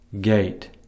gate